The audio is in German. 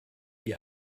die